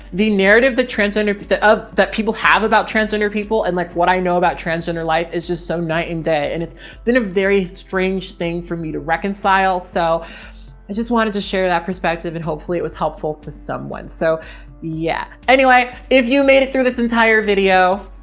the narrative, the transgender but that people have about transgender people and like what i know about transgender life is just so night and day and it's been a very strange thing for me to reconcile. so i just wanted to share that perspective and hopefully it was helpful to someone. so yeah. anyway, if you made it through this entire video,